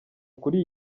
kuri